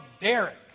Derek